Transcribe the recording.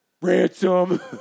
Ransom